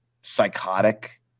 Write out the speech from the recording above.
psychotic